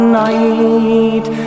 night